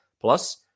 Plus